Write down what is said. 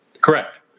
Correct